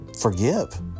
forgive